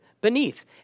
beneath